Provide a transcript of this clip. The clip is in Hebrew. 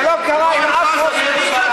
זה לא קרה עם אף ראש ממשלה.